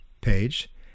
Page